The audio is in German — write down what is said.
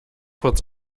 kurz